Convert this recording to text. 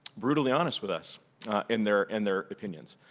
brutally honest with us in their and their opinions.